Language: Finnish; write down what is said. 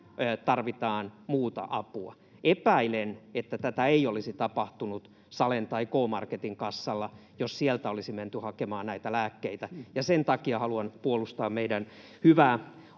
tarvitaan muuta apua. Epäilen, että tätä ei olisi tapahtunut Salen tai K-Marketin kassalla, jos sieltä olisi menty hakemaan näitä lääkkeitä. Ja sen takia haluan puolustaa meidän hyvää,